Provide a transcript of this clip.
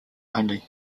only